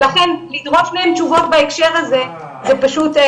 --- ולכן לדרוש מהם תשובות בהקשר הזה זה פשוט,